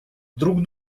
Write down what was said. друг